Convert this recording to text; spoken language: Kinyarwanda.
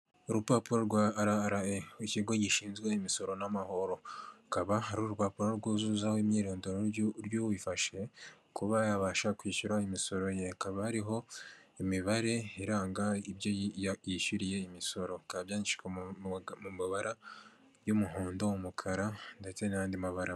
Urupapuro rwa RRA, ikigo gishinzwe imisoro n'amahoro akaba ari urupapuro rwuzuzwaho imyirondoro y'ubifashe, kuba yabasha kwishyura imisoro ye, hakaba hariho imibare iranga ibyo yishyuriye imisoro bikaba byandikishijwe mu mabara y'umuhondo, umukara ndetse n'andi mabara.